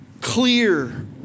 clear